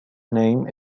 name